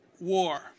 war